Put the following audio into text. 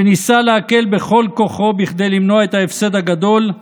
והוא ניסה להקל בכל כוחו כדי למנוע את ההפסד הגדול,